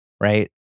right